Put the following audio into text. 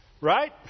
Right